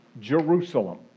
Jerusalem